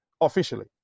officially